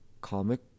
comic